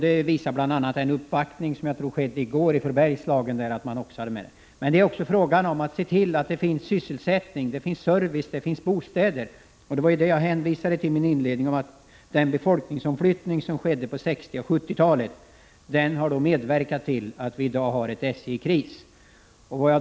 Det visar bl.a. den uppvaktning som jag tror skedde i går från Bergslagen, där man också hade med detta. Men det är också fråga om att se till att det finns sysselsättning, service och bostäder. I min inledning hänvisade jag till att den befolkningsomflyttning som skedde på 60 och 70-talen har medverkat till att vi i dag har ett SJ i kris.